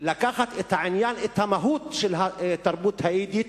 לקחת את העניין, את המהות של תרבות היידיש,